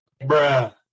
Bruh